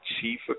Chief